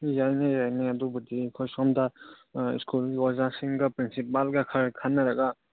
ꯌꯥꯏꯅꯦ ꯌꯥꯏꯅꯦ ꯑꯗꯨꯕꯨꯗꯤ ꯑꯩꯈꯣꯏ ꯁꯣꯝꯗ ꯁ꯭ꯀꯨꯜꯒꯤ ꯑꯣꯖꯥꯁꯤꯡꯒ ꯄ꯭ꯔꯤꯟꯁꯤꯄꯥꯜꯒ ꯈꯔ ꯈꯠꯅꯔꯒ